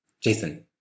Jason